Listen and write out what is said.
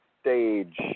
stage